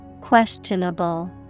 Questionable